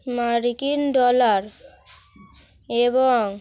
মারকিন dollar এবং